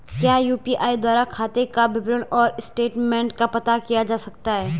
क्या यु.पी.आई द्वारा खाते का विवरण और स्टेटमेंट का पता किया जा सकता है?